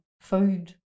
food